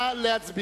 הצעת